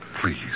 Please